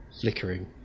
flickering